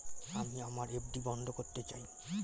আমি আমার এফ.ডি বন্ধ করতে চাই